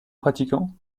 pratiquant